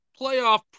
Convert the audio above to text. playoff